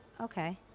Okay